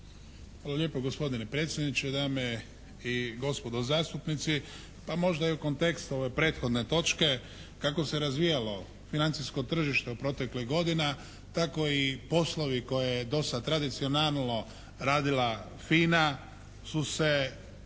Hvala lijepo gospodine predsjedniče. Dame i gospodo zastupnici, pa možda i u kontekstu ove prethodne točke kako se razvijalo financijsko tržište proteklih godina, tako i poslovi koje je do sada tradicionalno radila FINA su se